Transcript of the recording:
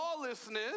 lawlessness